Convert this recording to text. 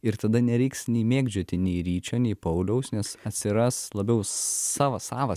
ir tada nereiks nei mėgdžioti nei ryčio nei pauliaus nes atsiras labiau savas savas